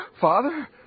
Father